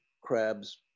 crabs